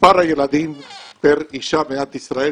מספר הילדים פר אישה במדינת ישראל,